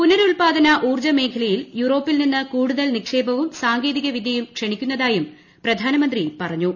പുനരുത്പാദന ഉൌർജ്ജ മേഖലയിൽ യൂറോപ്പിൽ നിന്ന് കൂടുതൽ നിക്ഷേപവും സാങ്കേതിക വിദ്യയും ക്ഷണിക്കുന്നതായും പ്രധാനമന്ത്രി പറഞ്ഞു